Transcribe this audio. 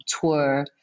tour